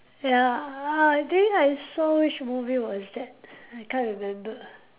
ya I think I saw which movie was that I can't remember